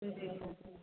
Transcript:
जी